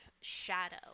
shadow